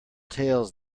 tales